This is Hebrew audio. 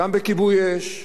גם בכיבוי אש,